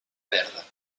verda